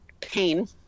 pain